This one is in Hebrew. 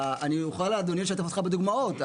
אני אוכל אדוני לשתף אותך בדוגמאות.